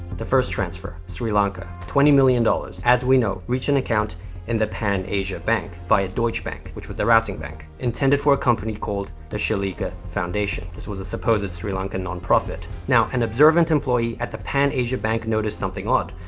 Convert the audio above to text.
the first transfer, sri lanka. twenty million dollars, as we know, reached an account in the pan asia bank via deutsche bank, which was the routing bank. intended for a company called the shalika foundation. this was a supposed sri lankan non-profit. now, an observant employee at the pan asia bank noticed something odd,